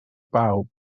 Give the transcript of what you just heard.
bawb